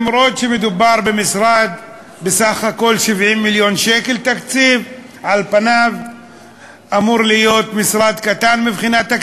אפילו שמדובר במשרד עם תקציב של 70 מיליון שקל בסך הכול,